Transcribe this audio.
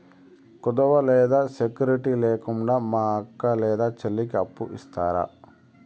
కుదువ లేదా సెక్యూరిటి లేకుండా మా అక్క లేదా చెల్లికి అప్పు ఇస్తారా?